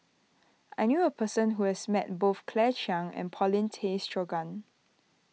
I knew a person who has met both Claire Chiang and Paulin Tay Straughan